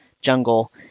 jungle